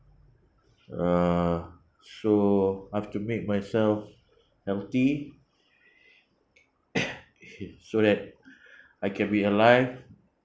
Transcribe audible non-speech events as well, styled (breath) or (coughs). uh so I've to make myself healthy (breath) (coughs) so that (breath) I can be alive